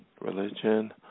religion